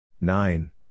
Nine